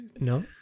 no